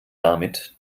damit